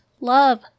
love